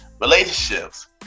relationships